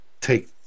take